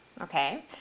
Okay